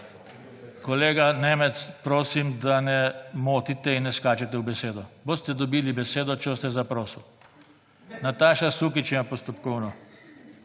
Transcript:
Kolega Nemec, prosim, da ne motite in ne skačete v besedo. Boste dobili besedo, če boste zaprosili. Nataša Sukič ima postopkovno.